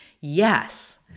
yes